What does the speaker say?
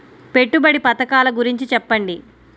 పెట్టుబడి పథకాల గురించి చెప్పండి?